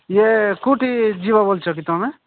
ଇଏ ସ୍କୁଟି ଯିବ ବୋଲ୍ଛେ କି ତମେ